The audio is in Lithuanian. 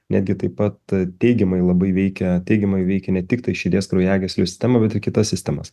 netgi taip pat teigiamai labai veikia teigiamai veikia ne tiktai širdies kraujagyslių sistemą bet ir kitas sistemas